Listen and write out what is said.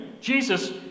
Jesus